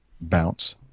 bounce